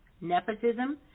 nepotism